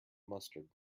mustard